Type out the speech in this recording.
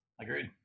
agreed